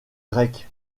grecque